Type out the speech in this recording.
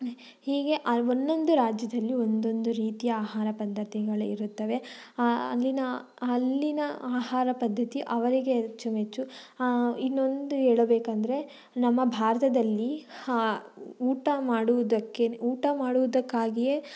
ಹೀಗೆ ಒಂದೊಂದು ರಾಜ್ಯದಲ್ಲಿ ಒಂದೊಂದು ರೀತಿಯ ಆಹಾರ ಪದ್ಧತಿಗಳಿರುತ್ತವೆ ಅಲ್ಲಿನ ಅಲ್ಲಿನ ಆಹಾರ ಪದ್ಧತಿ ಅವರಿಗೆ ಅಚ್ಚುಮೆಚ್ಚು ಇನ್ನೊಂದು ಹೇಳಬೇಕಂದ್ರೆ ನಮ್ಮ ಭಾರತದಲ್ಲಿ ಊಟ ಮಾಡುವುದಕ್ಕೆ ಊಟ ಮಾಡುವುದಕ್ಕಾಗಿಯೇ